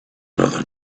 another